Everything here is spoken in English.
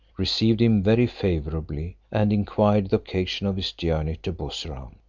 received him very favourably, and inquired the occasion of his journey to bussorah.